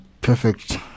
perfect